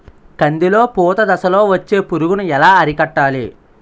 కందిలో పూత దశలో వచ్చే పురుగును ఎలా అరికట్టాలి?